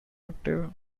active